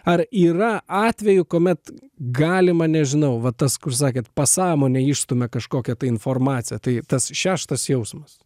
ar yra atvejų kuomet galima nežinau va tas kur sakėt pasąmonė išstumia kažkokią tai informaciją tai tas šeštas jausmas